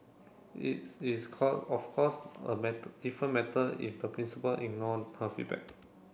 its is call of course a different matter if the principal ignore her feedback